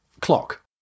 clock